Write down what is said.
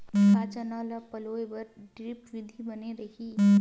का चना ल पलोय बर ड्रिप विधी बने रही?